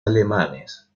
alemanes